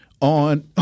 on